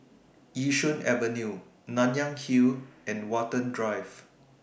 Yishun Avenue Nanyang Hill and Watten Drive